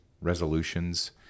resolutions